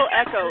echo